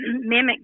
mimic